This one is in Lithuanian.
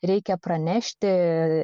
reikia pranešti